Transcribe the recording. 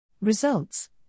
Results